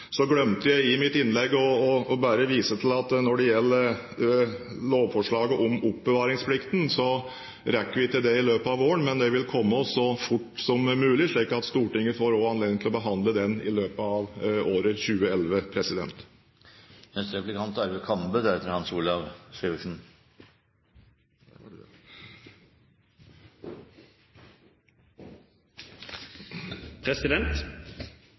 Så glemte jeg i mitt innlegg å vise til at når det gjelder lovforslaget om oppbevaringsplikten, rekker vi ikke det i løpet av våren, men det vil komme så fort som mulig, slik at Stortinget også får anledning til å behandle det i løpet av året 2011. Det som har vært den store saken etter framleggelsen, er at det